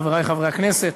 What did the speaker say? חברי חברי הכנסת,